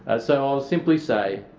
ah so i will simply say